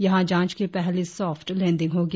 यहां जांच की पहली सॉफ्ट लैंडिंग होगी